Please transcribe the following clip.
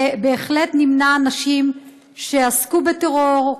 ובהחלט נמנע אנשים שעסקו בטרור,